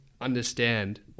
understand